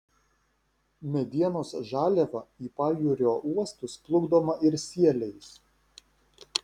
medienos žaliava į pajūrio uostus plukdoma ir sieliais